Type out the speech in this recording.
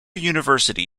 university